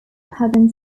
pagan